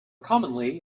commonly